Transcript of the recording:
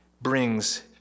brings